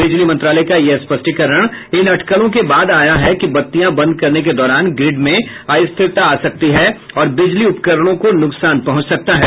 बिजली मंत्रालय का यह स्पष्टीकरण इन अटकलों के बाद आया है कि बत्तियां बंद करने के दौरान ग्रिड में अस्थिरता आ सकती है और बिजली उपकरणों को नुकसान पहुंच सकता है